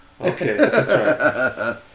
okay